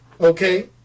Okay